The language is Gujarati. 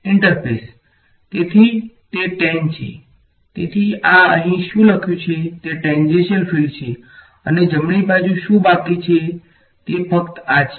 ઇન્ટરફેસ તેથી તે tan છે તેથી આ અહીં શું લખ્યું છે તે ટેન્જેન્શિયલ ફીલ્ડ છે અને જમણી બાજુ શું બાકી છે તે ફક્ત આ છે